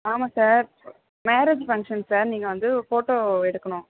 ஆமாம் sir marriage function sir நீங்கள் வந்து ஃபோட்டோ எடுக்கணும்